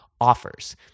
offers